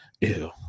Ew